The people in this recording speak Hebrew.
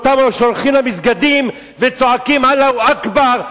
אלה אותם שהולכים למסגדים וצועקים "אללה אכבר"